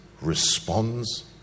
responds